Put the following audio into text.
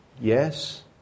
yes